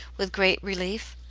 with great relief.